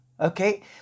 Okay